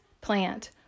plant